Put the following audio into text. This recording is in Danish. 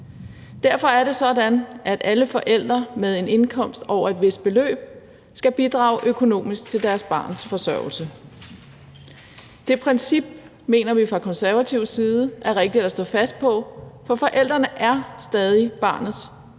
Derfor er det sådan, at alle forældre med en indkomst over et vist beløb skal bidrage økonomisk til deres barns forsørgelse. Det princip mener vi fra Konservatives side er rigtigt at stå fast på, for forældrene er stadig barnets forældre,